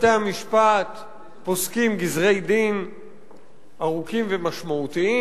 בתי-המשפט פוסקים גזרי-דין ארוכים ומשמעותיים.